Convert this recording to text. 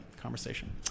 conversation